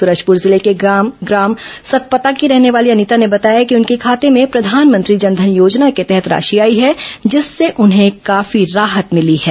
सूरजपुर जिले के ग्राम सतपता की रहने वाली अनिता ने बताया कि उनके खाते में प्रधानमंत्री जन धन योजना के तहत राशि आई है जिससे उन्हें काफी राहत मिली है